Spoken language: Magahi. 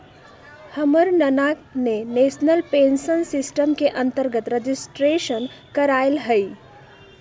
हमर नना ने नेशनल पेंशन सिस्टम के अंतर्गत रजिस्ट्रेशन करायल हइ